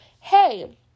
hey